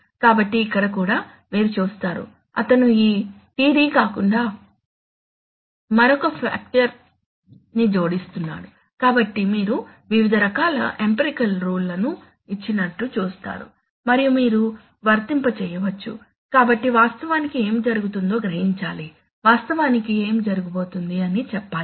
కాబట్టి ఇక్కడ కూడా మీరు చూస్తారు అతను ఈ td కాకుండా మరొక ఫాక్టర్ ని జోడిస్తున్నాడు కాబట్టి మీరు వివిధ రకాల ఎంపెరికల్ రూల్ లను ఇట్చినట్టు చూస్తారు మరియు మీరు వర్తింప చేయవచ్చు కాబట్టి వాస్తవానికి ఏమి జరుగుతుందో గ్రహించాలి వాస్తవానికి ఏమి జరగబోతోంది అని చెప్పాలి